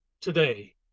today